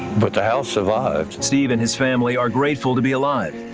but the house survived. steve and his family are grateful to be alive,